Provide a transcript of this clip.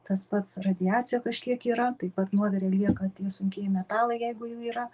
tas pats radiacija kažkiek yra taip pat nuovire lieka tie sunkieji metalai jeigu jų yra